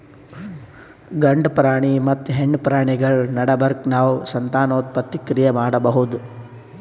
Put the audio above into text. ಗಂಡ ಪ್ರಾಣಿ ಮತ್ತ್ ಹೆಣ್ಣ್ ಪ್ರಾಣಿಗಳ್ ನಡಬರ್ಕ್ ನಾವ್ ಸಂತಾನೋತ್ಪತ್ತಿ ಕ್ರಿಯೆ ಮಾಡಬಹುದ್